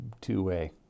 two-way